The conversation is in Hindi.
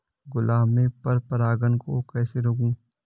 गुलाब में पर परागन को कैसे रोकुं?